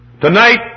tonight